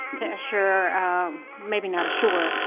to assure maybe not assure,